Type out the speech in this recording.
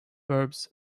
verbs